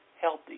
healthy